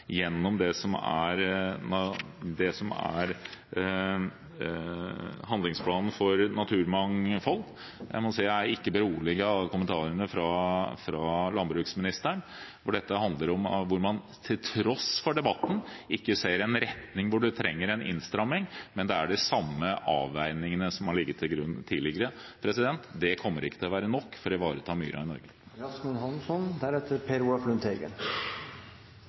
gjennom handlingsplanen for naturmangfold. Jeg må si at jeg er ikke beroliget av kommentarene fra landbruksministeren, for dette handler om at man til tross for debatten ikke ser en retning hvor man trenger en innstramming, men man gjør de samme avveiningene som har ligget til grunn tidligere. Det kommer ikke til å være nok for å ivareta myrene i